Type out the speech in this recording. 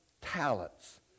talents